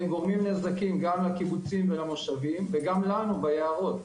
הם גורמים נזקים גם לקיבוצים ולתושבים וגם לנו ביערות.